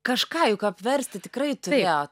kažką juk apversti tikrai turėjo